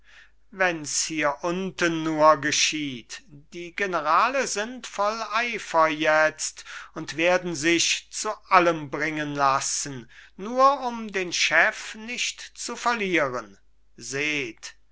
wenns hier unten nur geschieht die generale sind voll eifer jetzt und werden sich zu allem bringen lassen nur um den chef nicht zu verlieren seht